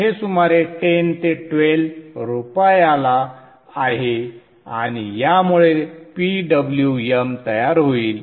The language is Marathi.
हे सुमारे 10 ते 12 रुपयेला आहे आणि यामुळे PWM तयार होईल